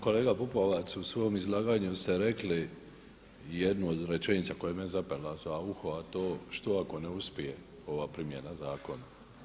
Kolega Pupovac u svom izlaganju ste rekli jednu od rečenica koja je meni zapela za uho, a to je što ako ne uspije ova primjena zakona.